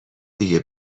دیگه